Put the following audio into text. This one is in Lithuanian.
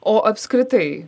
o apskritai